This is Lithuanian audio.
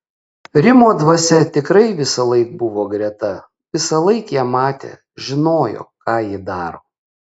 rimo dvasia tikrai visąlaik buvo greta visąlaik ją matė žinojo ką ji daro